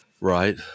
Right